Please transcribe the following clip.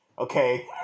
Okay